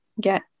get